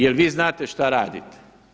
Jel vi znate šta radite?